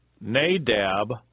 Nadab